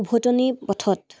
উভটনি পথত